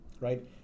right